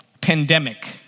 pandemic